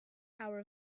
hour